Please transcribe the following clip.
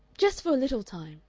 just for a little time,